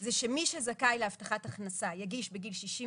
זה שמי שזכאי להבטחת הכנסה יגיש בגיל 67